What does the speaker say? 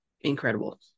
incredible